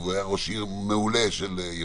הוא היה ראש עיר מעולה בירוחם.